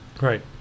right